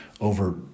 over